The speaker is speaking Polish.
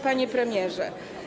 Panie Premierze!